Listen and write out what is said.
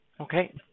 okay